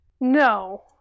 No